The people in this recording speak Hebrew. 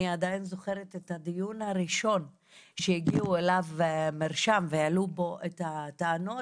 אני עדיין זוכרת את הדיון הראשון שהגיעו אליו מרשם והעלו בו את הטענות,